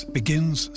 begins